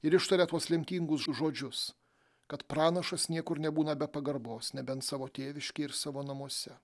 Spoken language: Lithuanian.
ir ištaria tuos lemtingus žodžius kad pranašas niekur nebūna be pagarbos nebent savo tėviškėj ir savo namuose